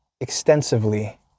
extensively